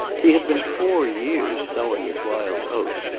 he had been four years sowing his wild oats,